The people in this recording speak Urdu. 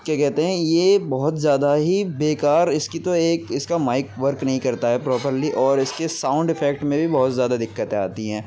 کیا کہتے ہیں یہ بہت زیادہ ہی بے کار اس کی تو ایک اس کا مائک ورک نہیں کرتا ہے پروپرلی اور اس کے ساؤنڈ افکٹ میں بھی بہت زیادہ دقتیں آتی ہیں